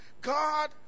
God